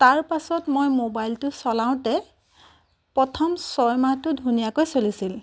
তাৰপিছত মই ম'বাইলটো চলাওঁতে প্ৰথম ছয় মাহটো ধুনীয়াকৈ চলিছিল